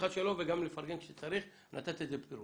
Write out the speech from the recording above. תברכי את היוזמים.